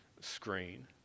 screen